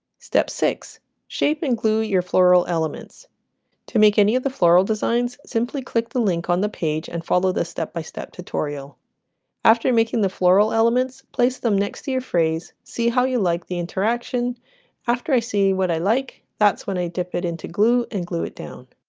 step six shape and glue your floral elements to make any of the floral designs simply click the link on the page and follow the step-by-step tutorial after making the floral elements place them next to your phrase see how you like the interaction after i see what i like that's when i dip it into glue and glue it down